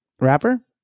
Rapper